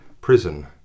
prison